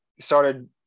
started